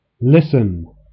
Listen